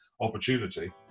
opportunity